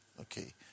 Okay